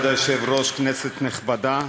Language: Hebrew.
כבוד היושב-ראש, כנסת נכבדה,